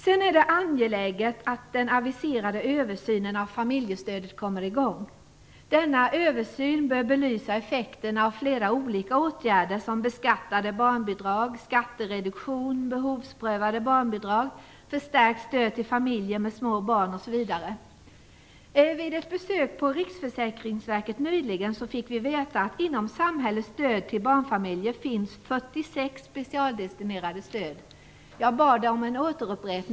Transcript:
Det är också angeläget att den aviserade översynen av familjestödet kommer i gång. Denna översyn bör belysa effekterna av flera olika åtgärder, t.ex. beskattade barnbidrag, skattereduktion, behovsprövade barnbidrag, förstärkt stöd till familjer med små barn osv. Vid ett besök på Riksförsäkringsverket nyligen fick vi veta att det inom ramen för samhällets stöd till barnfamiljer finns 46 specialdestinerade stöd; jag bad om en upprepning av siffran.